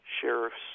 sheriff's